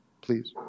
please